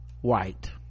white